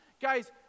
Guys